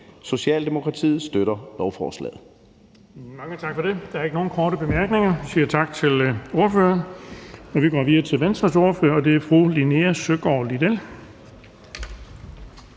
Socialdemokratiet støtter lovforslaget.